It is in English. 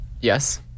Yes